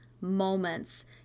moments